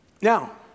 Now